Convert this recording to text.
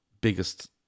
biggest